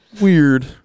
Weird